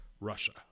Russia